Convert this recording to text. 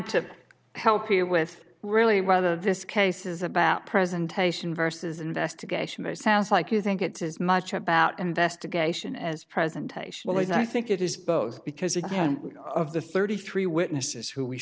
to help you with really rather this case is about presentation versus investigation sounds like you think it's as much about investigation as presentational is i think it is both because of the thirty three witnesses who we